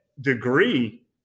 degree